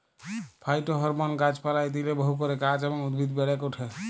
phytohormone গাছ পালায় দিইলে বহু করে গাছ এবং উদ্ভিদ বেড়েক ওঠে